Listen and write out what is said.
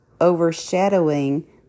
overshadowing